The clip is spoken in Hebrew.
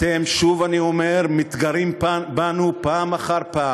אתם, שוב אני אומר, מתגרים בנו פעם אחר פעם.